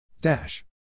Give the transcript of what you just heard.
Dash